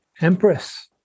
Empress